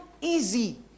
easy